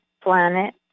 planet